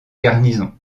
garnison